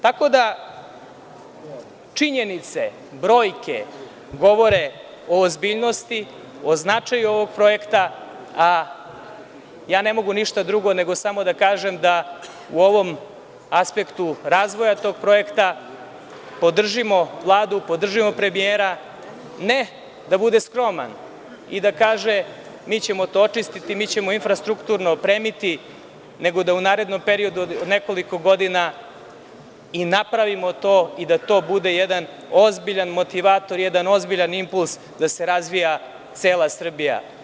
Tako da činjenice, brojke, govore o ozbiljnosti, o značaju ovog projekta, a ja ne mogu ništa drugo nego samo da kažem da u ovom aspektu razvoja tog projekta podržimo Vladu, podržimo premijera, ne da bude skroman i da kaže – mi ćemo to očistiti, mi ćemo infrastrukturno opremiti, nego da u narednom periodu u nekoliko godina i napravimo to i da to bude jedan ozbiljan motivator, jedan ozbiljan impuls, da se razvija cela Srbija.